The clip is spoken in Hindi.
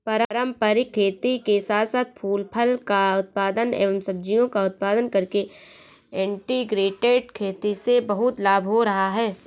पारंपरिक खेती के साथ साथ फूल फल का उत्पादन एवं सब्जियों का उत्पादन करके इंटीग्रेटेड खेती से बहुत लाभ हो रहा है